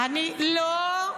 לא,